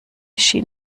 schien